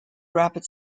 rapid